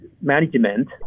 management